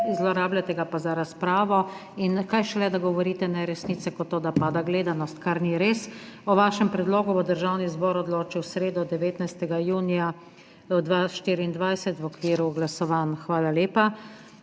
zlorabljajte ga pa za razpravo, kaj šele, da govorite neresnice, kot to, da pada gledanost, kar ni res. O vašem predlogu bo Državni zbor odločil v sredo, 19. junija 2024, v okviru glasovanj. Besedo